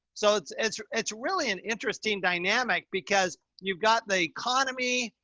so it's, and it's, it's really an interesting dynamic because you've got the economy,